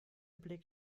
blick